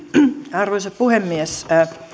arvoisa puhemies